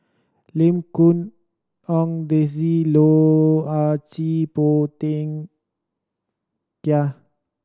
Lim Quee Hong Daisy Loh Ah Chee Phua Thin Kiay